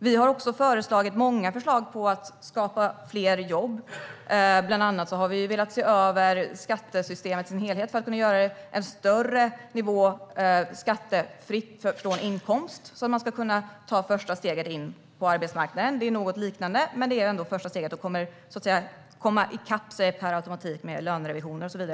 Vi har också kommit med många förslag om att skapa fler jobb. Bland annat har vi velat se över skattesystemet i dess helhet för att höja nivån för skattefri inkomst, så att man ska kunna ta första steget in på arbetsmarknaden. Det är något liknande. Man kommer sedan per automatik i kapp genom lönerevisioner och liknande.